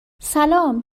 سلام